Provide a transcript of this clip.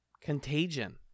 Contagion